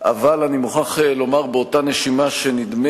אבל אני מוכרח לומר באותה נשימה שנדמה